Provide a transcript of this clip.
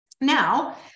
Now